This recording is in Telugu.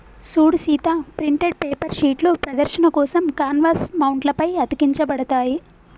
సూడు సీత ప్రింటెడ్ పేపర్ షీట్లు ప్రదర్శన కోసం కాన్వాస్ మౌంట్ల పై అతికించబడతాయి